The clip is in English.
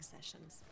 sessions